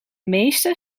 meeste